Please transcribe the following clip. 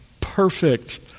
perfect